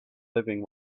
living